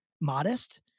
modest